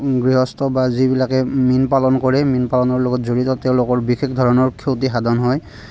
গৃহস্থ বা যিবিলাকে মীণ পালন কৰে মীণ পালনৰ লগত জড়িত তেওঁলোকৰ বিশেষ ধৰণৰ ক্ষতিসাধন হয়